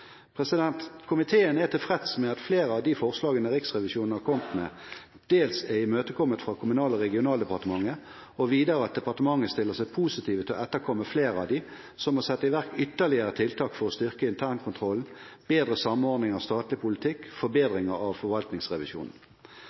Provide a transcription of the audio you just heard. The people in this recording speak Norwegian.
Komiteen er tilfreds med at flere av de forslagene Riksrevisjonen har kommet med, dels er imøtekommet fra Kommunal- og regionaldepartementet og videre at departementet stiller seg positiv til å etterkomme flere av dem, som å sette i verk ytterligere tiltak for å styrke internkontrollen, bedre samordningen av statlig politikk og forbedringer av forvaltningsrevisjonen.